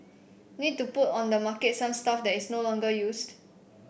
need to put on the market some stuff that is no longer used